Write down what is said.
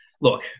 look